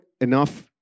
enough